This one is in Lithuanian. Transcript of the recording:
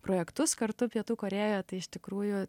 projektus kartu pietų korėjo tai iš tikrųjų